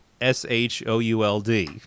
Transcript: S-H-O-U-L-D